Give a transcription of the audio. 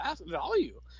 value